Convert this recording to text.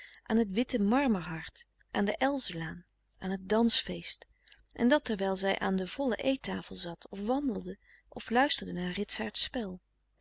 aan t witte marmer hart aan de elzenlaan aan het dansfeest en dat terwijl zij aan de volle eet tafel zat of wandelde of luisterde naar ritsaarts spel